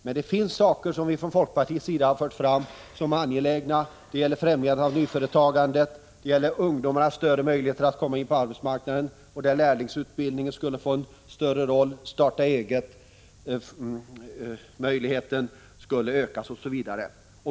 Men det finns saker som vi från folkpartiets sida har fört fram som angelägna: att främja nyföretagande, att ge ungdomarna större möjligheter att komma in på arbetsmarknaden, att ge lärlingsutbildningen en större roll, att öka starta-eget-möjligheten, osv.